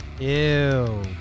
Ew